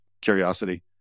curiosity